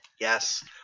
yes